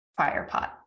Firepot